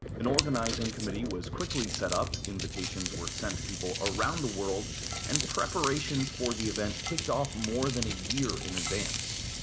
an organizing committee was quickly set up, invitations were sent to people around the world and preparations for the event kicked off more than a year in advance.